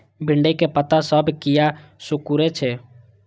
भिंडी के पत्ता सब किया सुकूरे छे?